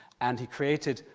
and he created,